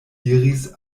diris